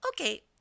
okay